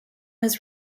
his